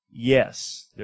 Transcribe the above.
Yes